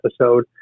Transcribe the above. episode